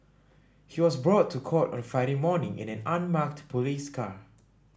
he was brought to court on Friday morning in an unmarked police car